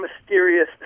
mysterious